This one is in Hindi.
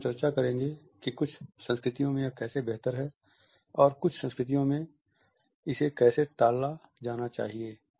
फिर हम चर्चा करेंगे कि कुछ संस्कृतियों में यह कैसे बेहतर है और कुछ संस्कृतियों में इसे कैसे टाला जाना चाहिए